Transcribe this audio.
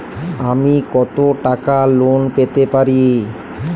আমি কত টাকা লোন পেতে পারি?